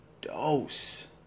dose